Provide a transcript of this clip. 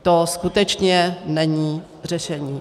To skutečně není řešení.